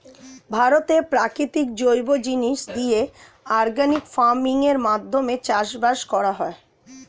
ভারতে প্রাকৃতিক জৈব জিনিস দিয়ে অর্গানিক ফার্মিং এর মাধ্যমে চাষবাস করা হয়